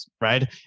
right